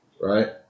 right